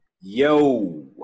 Yo